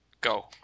Go